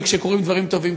וכשקורים דברים טובים,